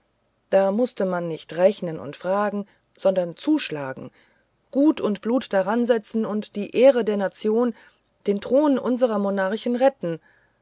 da mußte man nicht rechnen und fragen sondern zuschlagen gut und blut daransetzen und die ehre der nation den thron unserer monarchen retten